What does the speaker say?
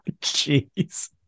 Jeez